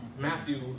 Matthew